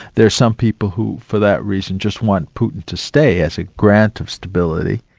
there are some people who for that reason just want putin to stay as a grant of stability.